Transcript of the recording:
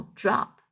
drop